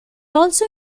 also